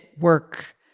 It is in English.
work